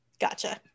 gotcha